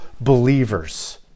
believers